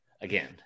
again